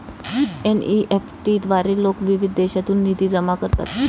NEFT द्वारे लोक विविध देशांतून निधी जमा करतात